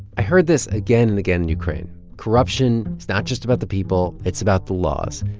i heard this again and again in ukraine. corruption is not just about the people. it's about the laws.